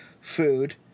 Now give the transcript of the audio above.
food